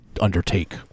undertake